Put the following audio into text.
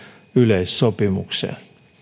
yleissopimukseen